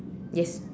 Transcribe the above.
yes